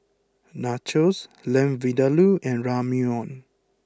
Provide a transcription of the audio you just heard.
Nachos Lamb Vindaloo and Ramyeon